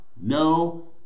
no